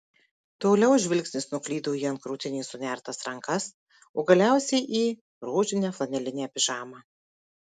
toliau žvilgsnis nuklydo į ant krūtinės sunertas rankas o galiausiai į rožinę flanelinę pižamą